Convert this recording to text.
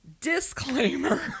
disclaimer